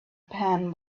pan